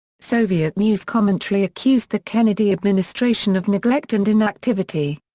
soviet news commentary accused the kennedy administration of neglect and inactivity.